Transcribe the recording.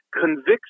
convicts